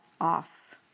off